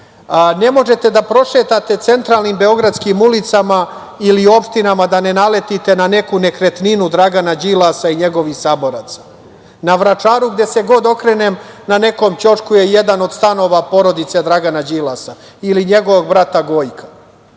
možete da prošetate centralnim beogradskim ulicama ili opštinama, da ne naletite na neku nekretninu Dragana Đilasa i njegovih saboraca. Na Vračaru, gde se god okrenem na nekom ćošku je jedan od stanova porodice Dragana Đilasa ili njegovog brata Gojka. To